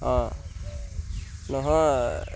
অঁ নহয়